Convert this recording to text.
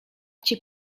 cię